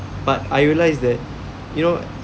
but I realise that you know